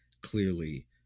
clearly